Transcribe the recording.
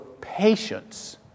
patience